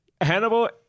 Hannibal